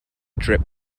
drip